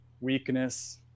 weakness